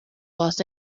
los